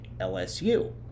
LSU